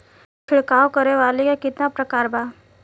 छिड़काव करे वाली क कितना प्रकार बा?